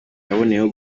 yaboneyeho